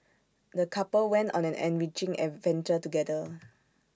the couple went on an enriching adventure together